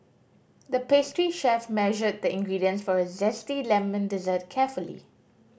the pastry chef measured the ingredients for a zesty lemon dessert carefully